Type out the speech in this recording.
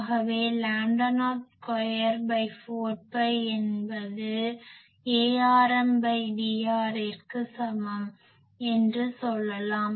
ஆகவே lambda naught ஸ்கொயர்4பை என்பது ArmDrஇற்கு சமம் என்று சொல்லலாம்